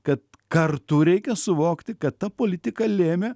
kad kartu reikia suvokti kad ta politika lėmė